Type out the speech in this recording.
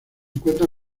encuentra